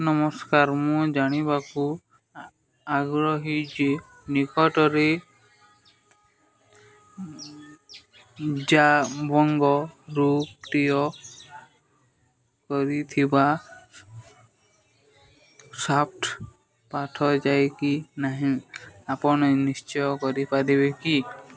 ନମସ୍କାର ମୁଁ ଜାଣିବାକୁ ଆଗ୍ରହୀ ଯେ ନିକଟରେ ଜାବଙ୍ଗରୁ କ୍ରୟ କରିଥିବା ସାର୍ଟ ପଠାଯାଇଛି କି ନାହିଁ ଆପଣ ନିଶ୍ଚୟା କରିପାରିବେ କି